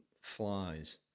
flies